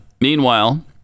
Meanwhile